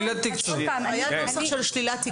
היה נוסח של שלילת תקצוב.